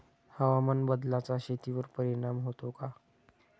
हवामान बदलाचा शेतीवर परिणाम होतो का?